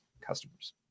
customers